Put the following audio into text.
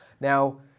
now